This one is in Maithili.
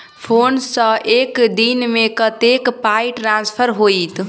फोन सँ एक दिनमे कतेक पाई ट्रान्सफर होइत?